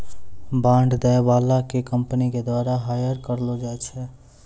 bond दै बाला के कंपनी के द्वारा हायर करलो जाय छै